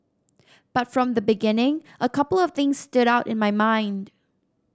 but from the beginning a couple of things stood out in my mind